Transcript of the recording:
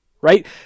right